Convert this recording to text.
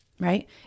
Right